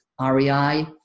REI